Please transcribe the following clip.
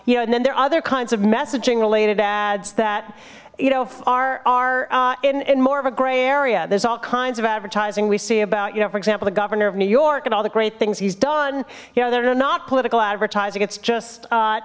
you know and then there are other kinds of messaging related ads that you know are in more of a gray area there's all kinds of advertising we see about you know for example the governor of new york and all the great things he's done you know they're not political advertising it's just